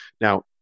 Now